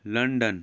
London